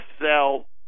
sell